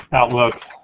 outlook.